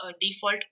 default